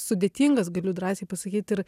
sudėtingas galiu drąsiai pasakyt ir